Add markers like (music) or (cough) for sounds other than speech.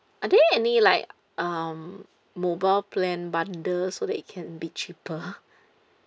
are there any like um mobile plan bundle so that it can be cheaper (laughs)